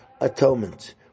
atonement